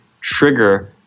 trigger